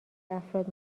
افراد